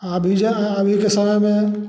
हाँ अभी जो अभी के समय में